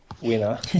winner